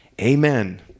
Amen